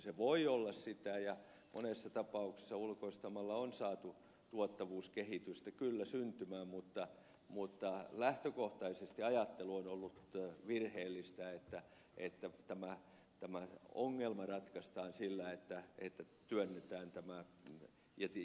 se voi olla sitä ja monessa tapauksessa ulkoistamalla on saatu tuottavuuskehitystä kyllä syntymään mutta lähtökohtaisesti ajattelu on ollut virheellistä että tämä ongelma ratkaistaan sillä että työnnetään tämä